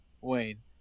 Wayne